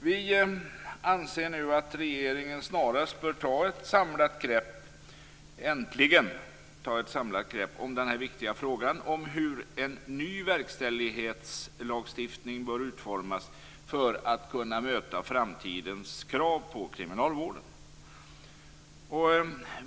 Vi anser att regeringen snarast äntligen bör ta ett samlat grepp om den viktiga frågan hur en ny verkställighetslagstiftning bör utformas för att kunna möta framtidens krav på kriminalvården.